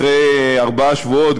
אחרי ארבעה שבועות,